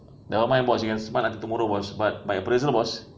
nevermind boss you can smile until tomorrow boss but my appraisal boss